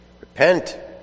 Repent